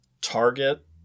Target